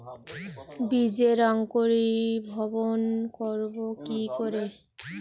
বীজের অঙ্কোরি ভবন করব কিকরে?